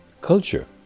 culture